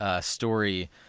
story